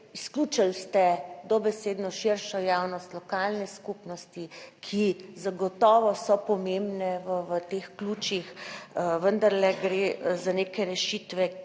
Izključili ste dobesedno širšo javnost, lokalne skupnosti, ki zagotovo so pomembne v teh ključih, vendarle gre za neke rešitve,